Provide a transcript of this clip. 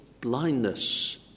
blindness